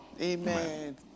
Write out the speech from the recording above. Amen